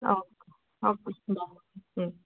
on okay ம்